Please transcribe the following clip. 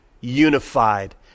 unified